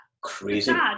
Crazy